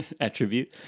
attribute